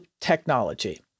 technology